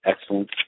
excellent